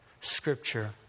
Scripture